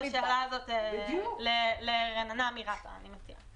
נפנה את השאלה הזאת לרננה מרת"א אני מציעה.